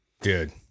Dude